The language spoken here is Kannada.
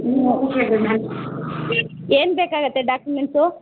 ಏನು ಬೇಕಾಗುತ್ತೆ ಡಾಕ್ಯುಮೆಂಟ್ಸು